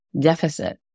deficit